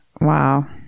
Wow